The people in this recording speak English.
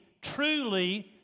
truly